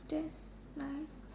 that's nice